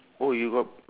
oh you got